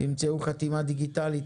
המציאו חתימה דיגיטלית.